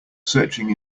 searching